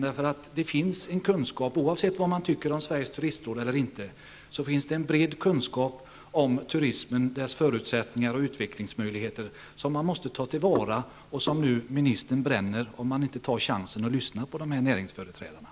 Det finns nämligen en bred kunskap, oavsett vad man tycker om Sveriges turistråd, om turismen, dess förutsättningar och utvecklingsmöjligheter som man måste ta till vara och som ministern nu bränner om han inte tar chansen att lyssna på dessa näringsföreträdare.